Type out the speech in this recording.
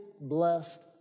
blessed